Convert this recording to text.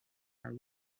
are